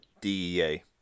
DEA